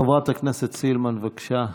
חברת הכנסת סילמן, בבקשה.